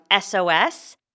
SOS